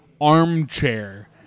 armchair